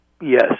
yes